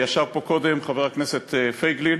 וישב פה קודם חבר הכנסת פייגלין,